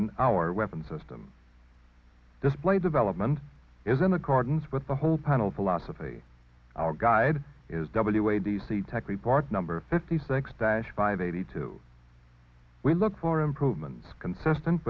in our weapons system display development is in accordance with the whole panel philosophy our guide is w a d c tech report number fifty six dash five eighty two we look for improvements consistent